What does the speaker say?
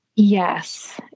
Yes